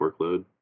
workload